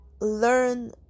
learn